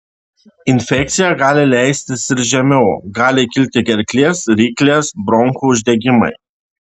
infekcija gali leistis ir žemiau gali kilti gerklės ryklės bronchų uždegimai